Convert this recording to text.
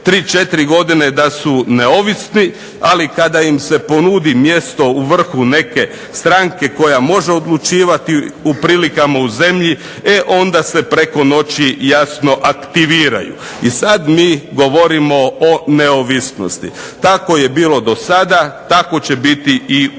3, 4 godine da su neovisni, ali kada im se ponudi mjesto u vrhu neke stranke koja može odlučivati o prilikama u zemlji e onda se preko noći jasno aktiviraju. I sad mi govorimo o neovisnosti. Tako je bilo do sada, tako će biti i ubuduće.